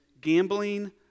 gambling